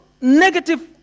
Negative